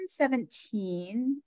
2017